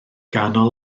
ganol